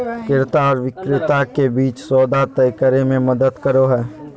क्रेता आर विक्रेता के बीच सौदा तय करे में मदद करो हइ